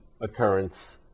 occurrence